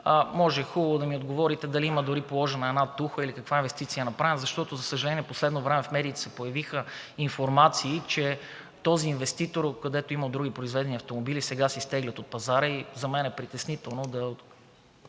Може хубаво да ми отговорите: дали има положена дори една тухла, или каква инвестиция е направена, защото, за съжаление, в последно време в медиите се появиха информации, че този инвеститор, където е имал други произведени автомобили, сега се изтегля от пазара, за мен е притеснително. Притеснително